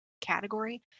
category